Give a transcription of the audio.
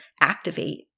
activate